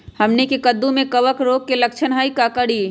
हमनी के कददु में कवक रोग के लक्षण हई का करी?